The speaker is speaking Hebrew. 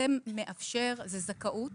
מהווה זכאות